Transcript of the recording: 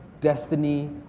destiny